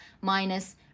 minus